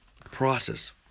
process